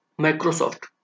Microsoft